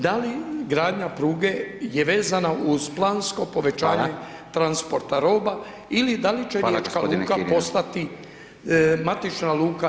Da li gradnja pruge je vezana uz plansko povećanje [[Upadica: Hvala.]] transporta roba ili da li [[Upadica: Hvala g. Kirin.]] riječka luka postati matična luka